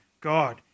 God